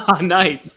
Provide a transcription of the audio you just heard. Nice